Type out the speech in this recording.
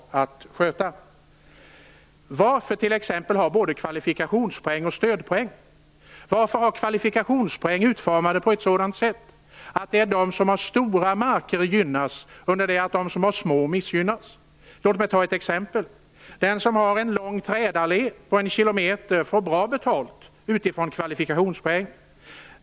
Varför skall vi t.ex. ha både kvalifikationspoäng och stödpoäng? Varför skall vi ha kvalifikationspoäng utformade på ett sådant sätt att de som har stora marker gynnas under det att de som har små missgynnas? Låt mig ta ett exempel. Den som har en lång trädallé på en kilometer får bra betalt utifrån kvalifikationspoäng.